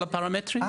כל הפרמטרים?